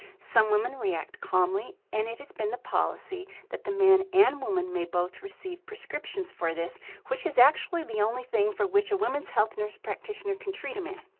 some women react calmly and it has been the policy that the men and women may both receive prescriptions for this which is actually the only thing for which a women's health nurse practitioner can treat a man.